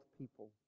people